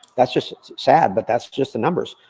that's just sad but that's just the numbers.